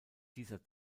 dieser